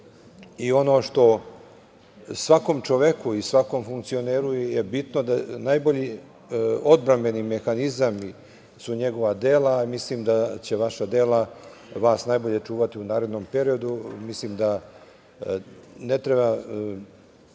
I ono što je svakom čoveku i svakom funkcioneru bitno - najbolji odbrambeni mehanizam su njegova dela. Mislim da će vaša dela vas najbolje čuvati u narednom periodu. Mislim da ne treba